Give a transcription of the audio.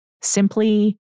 simply